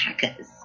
hackers